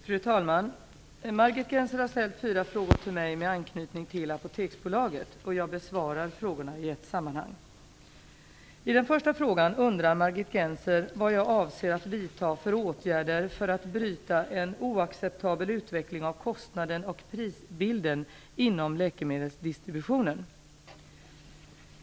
Fru talman! Margit Gennser har ställt fyra frågor till mig med anknytning till Apoteksbolaget. Jag besvarar frågorna i ett sammanhang. I den första frågan undrar Margit Gennser vad jag avser att vidta för åtgärder för att bryta en oacceptabel utveckling av kostnaden och prisbilden inom läkemedelsdistributionen.